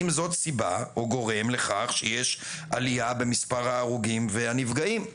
או הגורם לכך שיש עלייה במספר ההרוגים והנפגעים.